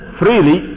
freely